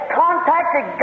contacted